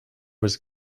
was